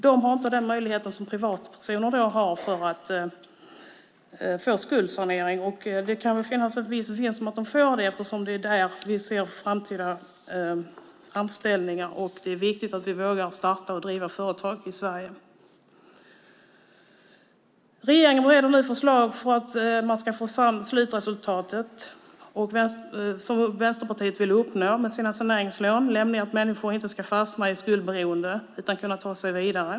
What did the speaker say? De har inte den möjlighet som privatpersoner har att få skuldsanering. Det kan väl finnas en vits med att de får det eftersom det är där vi ser framtida anställningar, och det är viktigt att vi vågar starta och driva företag i Sverige. Regeringen bereder nu förslag för att man ska få samma slutresultat som Vänsterpartiet vill uppnå med sina saneringslån, nämligen att människor inte ska fastna i skuldberoende utan kunna ta sig vidare.